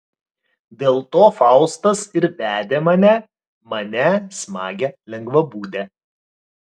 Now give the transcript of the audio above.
dėl to faustas ir vedė mane mane smagią lengvabūdę